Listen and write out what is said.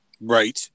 Right